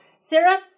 Sarah